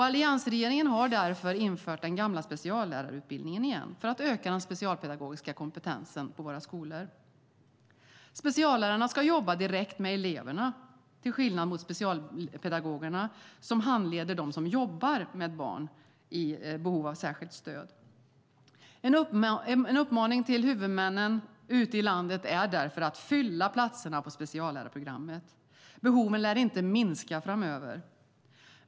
Alliansregeringen har därför infört den gamla speciallärarutbildningen igen för att öka den specialpedagogiska kompetensen på våra skolor. Speciallärarna ska jobba direkt med eleverna, till skillnad mot specialpedagogerna som handleder dem som jobbar med barn i behov av särskilt stöd. En uppmaning till huvudmännen ute i landet är därför att fylla platserna på speciallärarprogrammet. Behoven lär inte minska framöver.